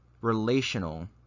relational